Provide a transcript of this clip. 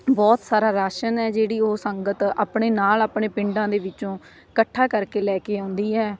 ਬਹੁਤ ਸਾਰਾ ਰਾਸ਼ਨ ਹੈ ਜਿਹੜੀ ਉਹ ਸੰਗਤ ਆਪਣੇ ਨਾਲ਼ ਆਪਣੇ ਪਿੰਡਾਂ ਦੇ ਵਿੱਚੋਂ ਇਕੱਠਾ ਕਰਕੇ ਲੈ ਕੇ ਆਉਂਦੀ ਹੈ